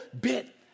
bit